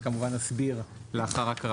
כמובן אסביר לאחר הקראה.